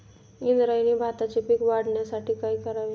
इंद्रायणी भाताचे पीक वाढण्यासाठी काय करावे?